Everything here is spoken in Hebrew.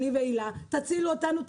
אליי ולהילה: תצילו אותנו.